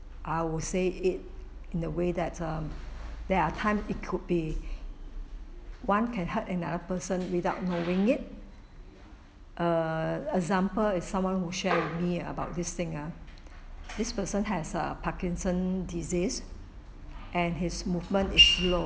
I would say it in the way that um there are time it could be one can hurt another person without knowing it err example is someone who share with me about this thing ah this person has uh parkinson's disease and his movement is slow